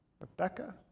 Rebecca